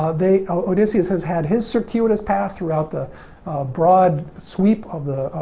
ah they, odysseus has had his circuitous path throughout the broad sweep of the,